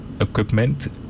equipment